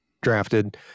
drafted